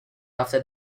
after